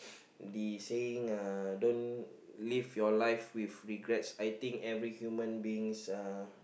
the saying uh don't live your life with regret I think every human beings uh